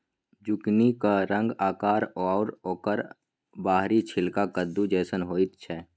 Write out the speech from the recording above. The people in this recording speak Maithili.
जुकिनीक रंग आकार आओर बाहरी छिलका कद्दू जेहन होइत छै